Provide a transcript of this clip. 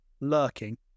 lurking